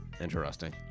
Interesting